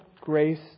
grace